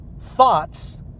thoughts